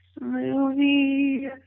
Movie